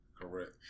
Correct